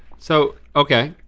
so okay,